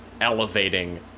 elevating